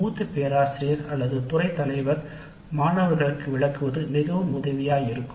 மூத்த பேராசிரியர் அல்லது துறை தலைவர் இவ்வகை எடுத்துக்காட்டுகளை கூறுவது மிகவும் உதவியாயிருக்கும்